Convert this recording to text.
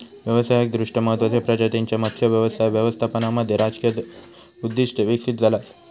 व्यावसायिकदृष्ट्या महत्त्वाचचो प्रजातींच्यो मत्स्य व्यवसाय व्यवस्थापनामध्ये राजकीय उद्दिष्टे विकसित झाला असा